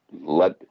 let